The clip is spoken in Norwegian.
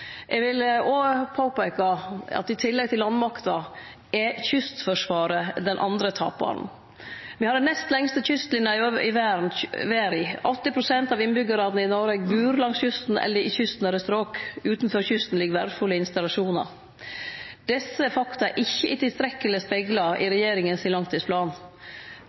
Eg vil òg påpeike at i tillegg til landmakta er kystforsvaret den andre taparen. Me har den nest lengste kystlinja i verda. Åtti prosent av innbyggjarane i Noreg bur langs kysten eller i kystnære strok. Utanfor kysten ligg verdfulle installasjonar. Desse faktuma er ikkje tilstrekkeleg spegla i regjeringa sin langtidsplan.